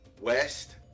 west